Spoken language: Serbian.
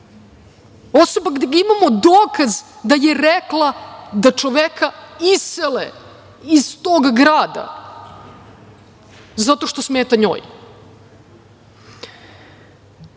Osoba gde imamo dokaz da je rekla da čoveka isele iz tog grada zato što smeta njoj. To